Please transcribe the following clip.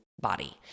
body